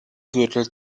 gürtel